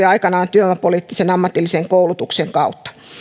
aikanaan työvoimapoliittisen ammatillisen koulutuksen kautta